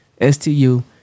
S-T-U